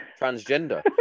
transgender